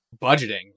budgeting